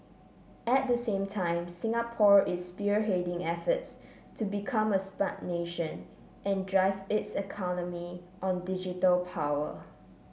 at the same time Singapore is spearheading efforts to become a spout nation and drive its economy on digital power